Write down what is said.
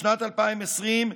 בשנת 2020,